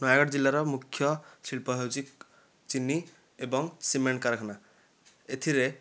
ନୟାଗଡ଼ ଜିଲ୍ଲାର ମୁଖ୍ୟ ଶିଳ୍ପ ହେଉଛି ଚିନି ଏବଂ ସିମେଣ୍ଟ କାରଖାନା ଏଥିରେ